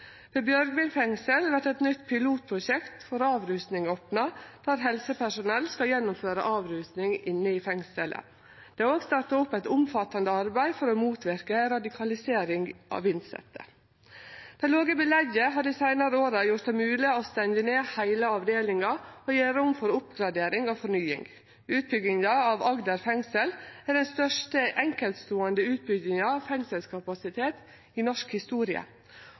ved Ila. Ved Bjørgvin fengsel vert eit nytt pilotprosjekt for avrusing opna, der helsepersonell skal gjennomføre avrusing inne i fengselet. Det er òg starta opp eit omfattande arbeid for å motverke radikalisering av innsette. Det låge belegget har dei seinare åra gjort det mogeleg å stengje ned heile avdelingar og gje rom for oppgradering og fornying. Utbygginga av Agder fengsel er den største enkeltståande utbygginga av fengselskapasitet i norsk historie,